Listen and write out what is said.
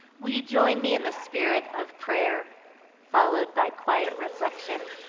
will you join me in the spirit of prayer followed by quiet reflection?